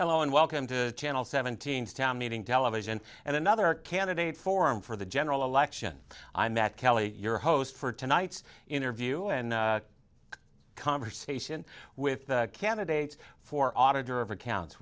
hello and welcome to channel seven teams town meeting television and another candidate forum for the general election i met kelly your host for tonight's interview and conversation with the candidates for auditor of accounts